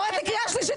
את פוגעת במאבק של אבות.